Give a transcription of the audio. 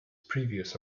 previous